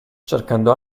cercando